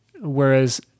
whereas